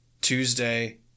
tuesday